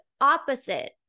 opposite